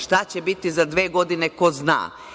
Šta će biti za dve godine, ko zna?